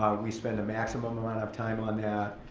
we spend a maximum amount of time on that.